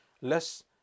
less